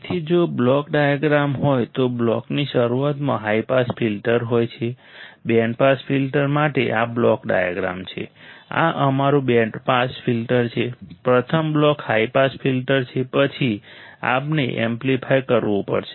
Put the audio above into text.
તેથી જો block diagram હોય તો તે બ્લોકની શરૂઆતમાં હાઇ પાસ ફિલ્ટર હોય છે બેન્ડ પાસ ફિલ્ટર માટે આ બ્લોક ડાયાગ્રામ છે આ અમારું બેન્ડ પાસ ફિલ્ટર છે પ્રથમ બ્લોક હાઇ પાસ ફિલ્ટર છે પછી આપણે એમ્પ્લીફાય કરવું પડશે